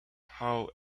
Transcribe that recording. how